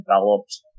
developed